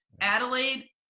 Adelaide